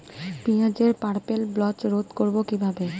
পেঁয়াজের purple blotch রোধ করবো কিভাবে?